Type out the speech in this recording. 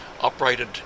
operated